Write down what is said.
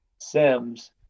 Sims